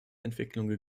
entwicklungen